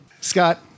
scott